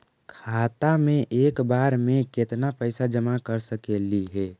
खाता मे एक बार मे केत्ना पैसा जमा कर सकली हे?